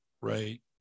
right